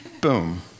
boom